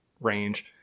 range